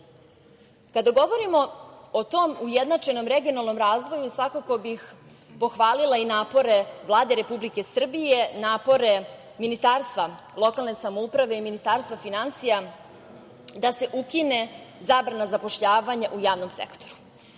govorimo o tom ujednačenom regionalnom razvoju, svakako bih pohvalila i napore Vlade Republike Srbije, napore Ministarstva lokalne samouprave i Ministarstva finansija, da se ukine zabrana zapošljavanja u javnom sektoru. Smatram